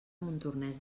montornès